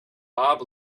bob